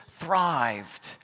Thrived